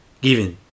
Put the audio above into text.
given